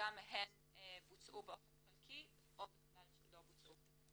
שגם הן בוצעו באופן חלקי או בכלל לא בוצעו.